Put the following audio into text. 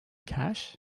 cash